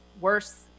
worse